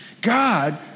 God